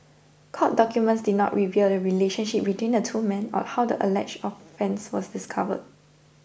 court documents did not reveal the relationship between the two men or how the alleged offence was discovered